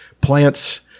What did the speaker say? Plants